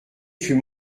fut